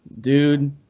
dude